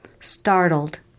Startled